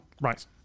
right